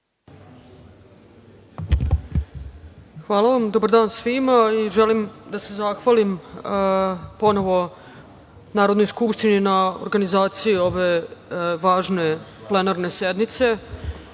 Hvala vam. Dobar dan svima i želim da se zahvalim ponovo Narodnoj skupštini na organizaciji ove važne plenarne sednice. Želim